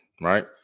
right